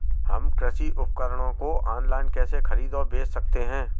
हम कृषि उपकरणों को ऑनलाइन कैसे खरीद और बेच सकते हैं?